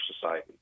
society